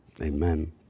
Amen